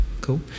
cool